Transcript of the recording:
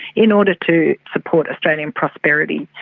in order to support australian prosperity.